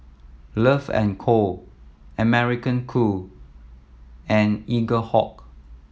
Love and Co American Crew and Eaglehawk